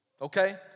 okay